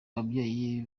babyeyi